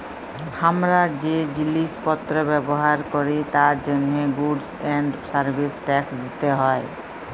হামরা যে জিলিস পত্র ব্যবহার ক্যরি তার জন্হে গুডস এন্ড সার্ভিস ট্যাক্স দিতে হ্যয়